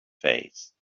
face